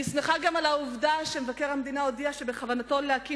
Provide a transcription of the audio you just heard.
אני שמחה גם על העובדה שמבקר המדינה הודיע שבכוונתו להקים